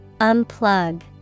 Unplug